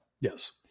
yes